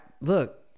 Look